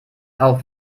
auf